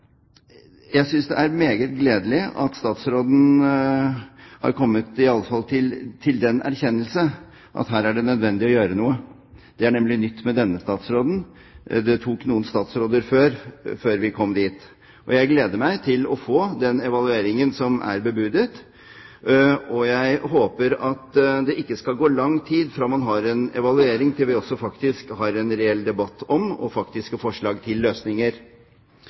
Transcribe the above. Jeg synes det er meget gledelig at statsråden i alle fall har kommet til den erkjennelse at her er det nødvendig å gjøre noe. Det er nemlig noe nytt med denne statsråden. Det har vært noen statsråder før vi kom dit. Jeg gleder meg til å få den evalueringen som er bebudet. Jeg håper at det ikke vil gå lang tid fra man har en evaluering til vi faktisk får en reell debatt og forslag til løsninger,